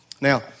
Now